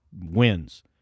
wins